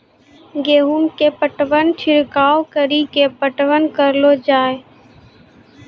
गेहूँ के पटवन छिड़काव कड़ी के पटवन करलो जाय?